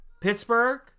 Pittsburgh